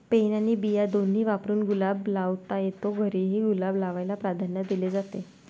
pen आणि बिया दोन्ही वापरून गुलाब लावता येतो, घरीही गुलाब लावायला प्राधान्य दिले जाते